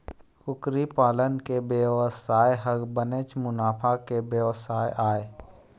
कुकरी पालन के बेवसाय ह बनेच मुनाफा के बेवसाय आय